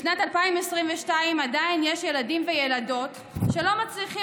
בשנת 2022 יש עדיין ילדים וילדות שלא מצליחים